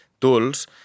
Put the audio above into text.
tools